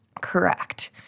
correct